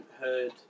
heard